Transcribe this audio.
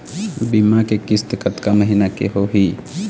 बीमा के किस्त कतका महीना के होही?